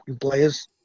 players